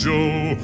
Joe